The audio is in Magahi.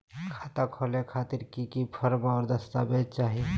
खाता खोले खातिर की की फॉर्म और दस्तावेज चाही?